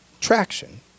traction